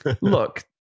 look